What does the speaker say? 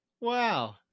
Wow